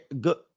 good